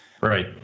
right